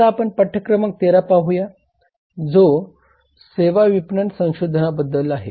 आता आपण पाठ्य क्रमांक 13 पाहूया जो सेवा विपणन संशोधनाबद्दल आहे